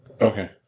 Okay